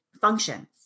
functions